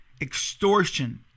extortion